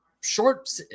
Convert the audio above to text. Short